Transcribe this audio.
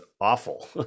awful